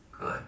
Good